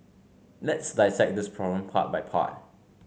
let's dissect this problem part by part